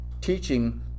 teaching